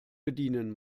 bedienen